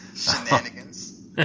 shenanigans